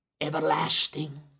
Everlasting